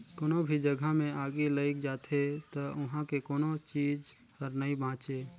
कोनो भी जघा मे आगि लइग जाथे त उहां के कोनो चीच हर नइ बांचे